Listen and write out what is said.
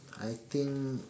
I think